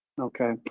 okay